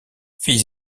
fils